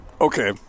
Okay